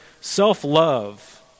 self-love